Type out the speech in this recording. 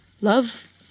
love